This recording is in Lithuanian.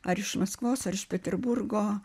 ar iš maskvos ar iš peterburgo